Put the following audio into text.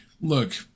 look